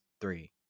three